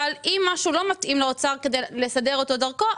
אבל אם משהו לא מתאים לאוצר כדי לסדר אותו דרכו,